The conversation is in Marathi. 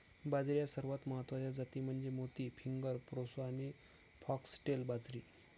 बाजरीच्या सर्वात महत्वाच्या जाती म्हणजे मोती, फिंगर, प्रोसो आणि फॉक्सटेल बाजरी